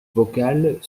vocale